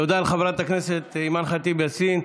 תודה לחברת הכנסת אימאן ח'טיב יאסין.